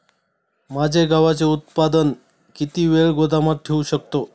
माझे गव्हाचे उत्पादन किती वेळ गोदामात ठेवू शकतो?